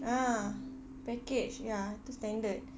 ah package ya two standard